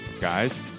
Guys